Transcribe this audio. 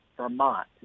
Vermont